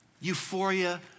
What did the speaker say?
Euphoria